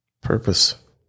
purpose